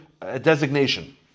designation